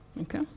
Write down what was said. Okay